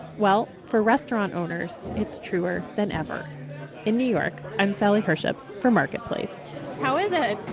well for restaurant owners, it's truer then ever in new york, i'm sally herships for marketplace how is it?